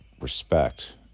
respect